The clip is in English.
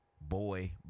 boy